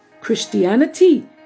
Christianity